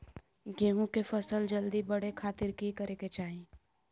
गेहूं के फसल जल्दी बड़े खातिर की करे के चाही?